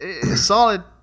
Solid